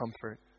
comfort